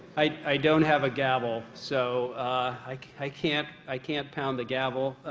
i i don't have a gavel, so like i can't i can't pound the gavel.